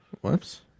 Whoops